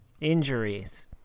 injuries